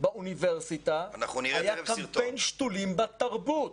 באוניברסיטה היה גם קמפיין "שתולים" בתרבות.